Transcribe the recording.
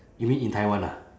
you mean in taiwan ah